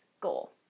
goal